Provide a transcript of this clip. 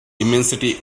immensity